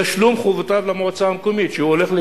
תשלום חובותיו למועצה המקומית, שהוא הולך,